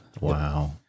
Wow